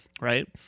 Right